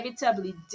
inevitably